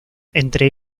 entre